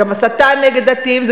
זה גם הסתה נגד דתיים,